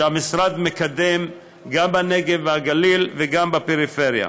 שהמשרד מקדם גם בנגב והגליל וגם בפריפריה: